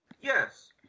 Yes